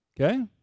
Okay